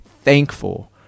thankful